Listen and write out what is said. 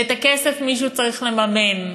ואת הכסף מישהו צריך לממן,